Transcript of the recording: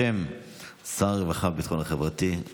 בשם שר הרווחה והביטחון החברתי,